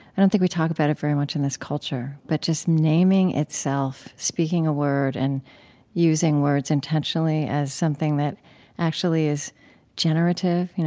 i don't think we talk about it very much in this culture, but just naming itself, speaking a word and using words intentionally as something that actually is generative, you know